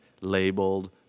labeled